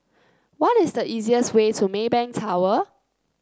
what is the easiest way to Maybank Tower